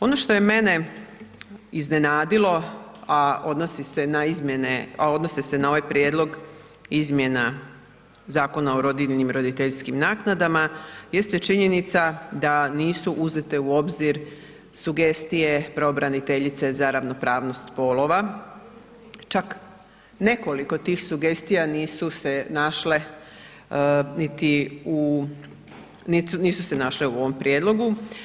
Ono što je mene iznenadilo a odnosi se na ovaj prijedlog izmjena Zakona o rodiljnim i roditeljskim naknadama jeste činjenica da nisu uzete u obzir sugestije pravobraniteljice za ravnopravnost spolova, čak nekoliko tih sugestija nisu se našle niti u, nisu se našle u ovom prijedlogu.